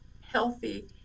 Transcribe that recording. healthy